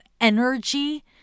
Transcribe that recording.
energy